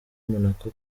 monaco